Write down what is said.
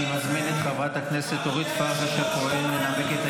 אני מזמין את חברת הכנסת אורית פרקש הכהן,